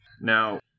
Now